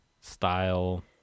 style